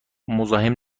مزاحم